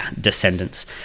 descendants